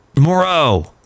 Moreau